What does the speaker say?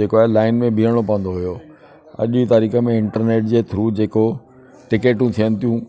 जेको आहे लाइन में बिहणो पवंदो हुओ अॼु जी तारीख़ में इंटरनेट जे थ्रू जेको टिकेटूं थियनि थियूं